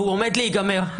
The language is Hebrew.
והוא עומד להיגמר,